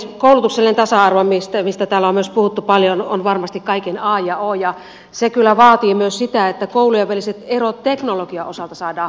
koulutuksellinen tasa arvo mistä täällä on myös puhuttu paljon on varmasti kaiken a ja o ja se kyllä vaatii myös sitä että koulujen väliset erot teknologian osalta saadaan hallintaan